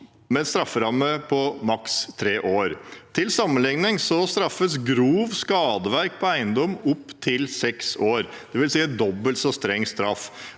en strafferamme på maks tre år. Til sammenligning straffes grovt skadeverk på eiendom med opptil seks år, dvs. dobbelt så streng straff.